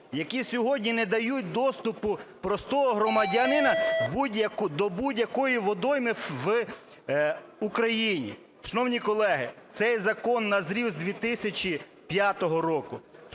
які сьогодні не дають доступу простого громадянина в будь-яку... до будь-якої водойми в Україні. Шановні колеги, цей закон назрів з 2005 року.